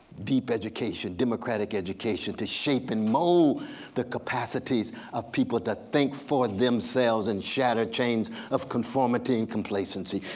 deep education, democratic education, to shape and mold the capacities of people to think for themselves and shatter change of conformity and complacency.